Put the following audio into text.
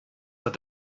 that